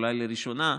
אולי לראשונה,